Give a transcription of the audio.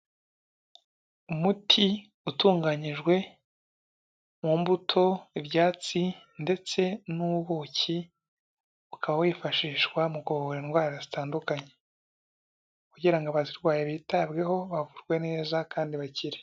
Umuti utunganyijwe mu mbuto, ibyatsi ndetse n'ubuki ukaba wifashishwa mu kuvura indwara zitandukanye kugira ngo abazirwaye bitabweho bavurwe neza kandi bakire.